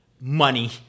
money